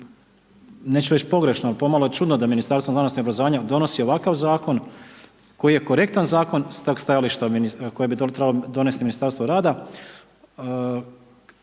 neću reći pogrešno, pomalo čudno da Ministarstvo znanosti i obrazovanja donosi ovakav zakon, koji je korektan zakon iz tog stajališta, kojeg bi to trebalo donesti Ministarstvo rada,